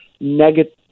negative